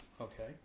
Okay